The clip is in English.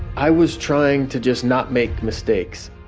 i was trying to just not make mistakes